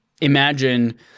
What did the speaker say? imagine